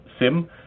Sim